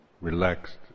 relaxed